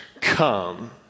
Come